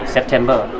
September